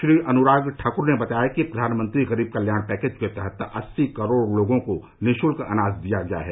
श्री अनुराग ठाकुर ने बताया कि प्रघानमंत्री गरीब कल्याण पैकेज के तहत अस्सी करोड़ लोगों को निःशुल्क अनाज दिया गया है